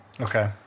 Okay